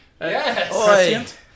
Yes